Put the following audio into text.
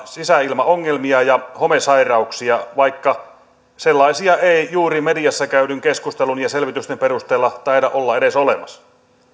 sisäilmaongelmia ja homesairauksia vaikka sellaisia ei juuri mediassa käydyn keskustelun ja selvitysten perusteella taida olla edes olemassa